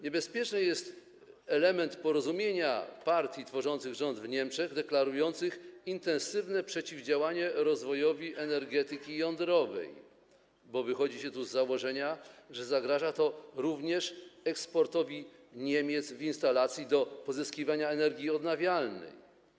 Niebezpieczny jest element porozumienia partii tworzących rząd w Niemczech, deklarujących intensywne przeciwdziałanie rozwojowi energetyki jądrowej, bo wychodzi się tu z założenia, że zagraża to również eksportowi Niemiec, jeżeli chodzi o instalację do pozyskiwania energii odnawialnej.